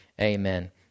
Amen